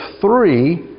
three